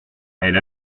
elles